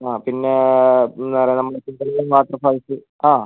അ പിന്നെ വാട്ടർഫാൾസ് അത